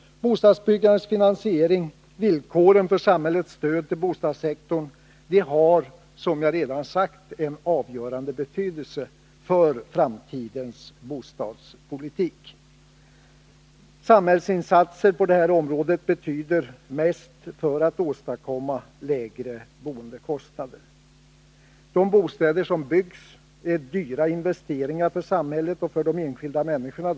Bostadsbyggandets finansiering, villkoren för samhällets stöd till bostadssektorn har, som jag redan sagt, avgörande betydelse för framtidens bostadspolitik. Samhällsinsatser på detta område betyder mest för att åstadkomma lägre boendekostnader. De bostäder som byggs är dyra investeringar för samhället och för de enskilda människorna.